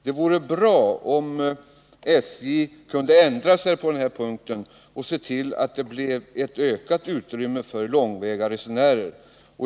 Det vore bra om SJ kunde ändra sig på den här punkten och se till att det blir ett ökat utrymme för långväga resenärer.